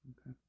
Okay